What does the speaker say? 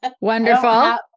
wonderful